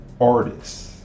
Artists